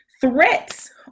threats